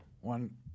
one